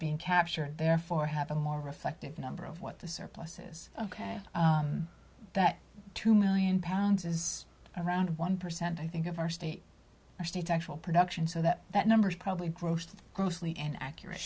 being captured therefore have a more effective number of what the surplus is ok that two million pounds is around one percent i think of our state or state actual production so that that number is probably grossed grossly inaccurate